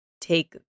take